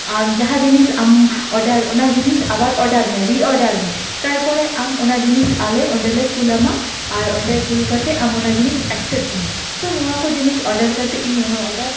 ᱟᱢ ᱡᱟᱦᱟᱸ ᱡᱤᱱᱤᱥ ᱟᱢ ᱚᱰᱟᱨ ᱚᱱᱟ ᱡᱤᱱᱤᱥ ᱟᱵᱟᱨ ᱚᱰᱟᱨ ᱢᱮ ᱨᱤ ᱚᱰᱟᱨ ᱢᱮ ᱛᱟᱨᱯᱚᱨᱮ ᱟᱢ ᱚᱱᱟ ᱡᱤᱱᱤᱥ ᱟᱞᱮ ᱚᱸᱰᱮᱞᱮ ᱠᱩᱞᱟᱢᱟ ᱟᱨ ᱚᱸᱰᱮ ᱠᱩᱞ ᱠᱟᱛᱮ ᱟᱢ ᱚᱱᱟ ᱡᱤᱱᱤᱥ ᱮᱠᱥᱮᱯᱴ ᱢᱮ ᱛᱳ ᱱᱚᱣᱟ ᱠᱚ ᱡᱤᱱᱤᱥ ᱚᱰᱟᱨ ᱠᱟᱛᱮ ᱤᱧ ᱚᱱᱟ ᱚᱰᱟᱨ